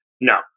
No